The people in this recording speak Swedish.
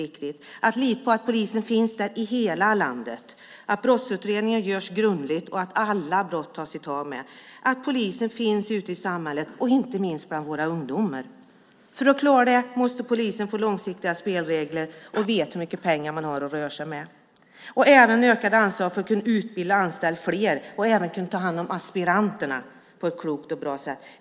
Man måste kunna lita på att polisen finns i hela landet, att brottsutredningar görs grundligt och att det tas itu med alla brott och att poliser finns ute i samhället, inte minst bland våra ungdomar. För att klara det måste polisen få långsiktiga spelregler och veta hur mycket pengar man har att röra sig med. Man måste också ges ökade anslag för att kunna utbilda och anställa fler och kunna ta hand om aspiranterna på ett klokt och bra sätt.